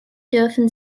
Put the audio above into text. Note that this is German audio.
dürfen